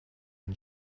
and